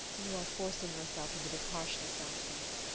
you are forcing yourself into this harshness, alfred.